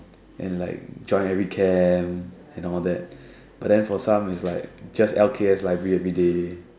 and like join every camp and all that but then for some is like just L_K_S library everyday